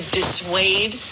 dissuade